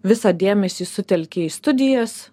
visą dėmesį sutelkia į studijas